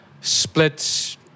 splits